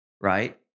right